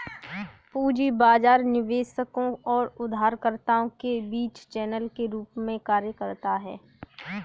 पूंजी बाजार निवेशकों और उधारकर्ताओं के बीच चैनल के रूप में कार्य करता है